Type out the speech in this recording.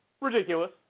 Ridiculous